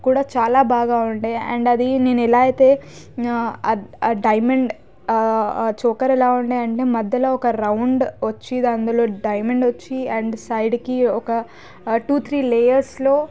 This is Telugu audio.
చాలా బాగా ఉండే అండ్ అది నేను ఎలా అయితే ఆ డైమండ్ ఆ చోకర్ ఎలా ఉండే అంటే ఒక రౌండ్ వచ్చి అందులో డైమండొచ్చి సైడ్కి ఒక టు త్రీ లేయర్స్లో